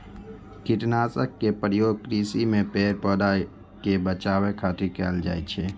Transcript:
कीटनाशक के प्रयोग कृषि मे पेड़, पौधा कें बचाबै खातिर कैल जाइ छै